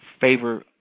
favor